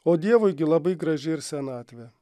o dievui gi labai graži ir senatvė